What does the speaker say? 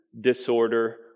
disorder